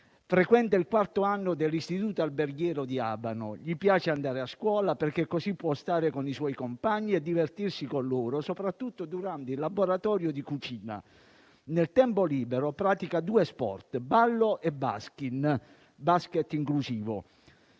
Frequenta il quarto anno dell'Istituto alberghiero di Abano, gli piace andare a scuola perché così può stare con i suoi compagni e divertirsi con loro, soprattutto durante il laboratorio di cucina. Nel tempo libero pratica due sport, ballo e baskin (basket inclusivo).